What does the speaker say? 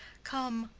come,